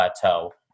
plateau